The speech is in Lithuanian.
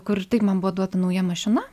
kur taip man buvo duota nauja mašina